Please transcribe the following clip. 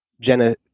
Jenna